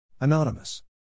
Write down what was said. Anonymous